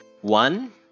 One